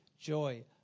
joy